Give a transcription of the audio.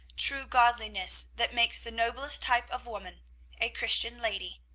true godliness that makes the noblest type of woman a christian lady.